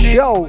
yo